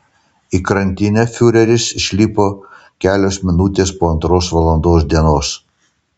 į krantinę fiureris išlipo kelios minutės po antros valandos dienos